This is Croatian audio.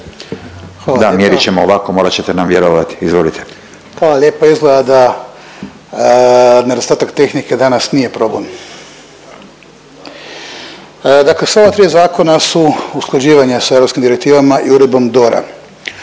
Da, mjerit ćemo ovako, morat ćete nam vjerovati. Izvolite. **Račan, Ivan (SDP)** Hvala lijepa. Izgleda da nedostatak tehnike danas nije problem. Dakle sva ova tri zakona su usklađivanje sa europskim direktivama i uredbom DORA.